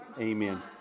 Amen